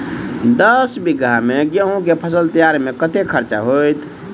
दस बीघा मे गेंहूँ केँ फसल तैयार मे कतेक खर्चा हेतइ?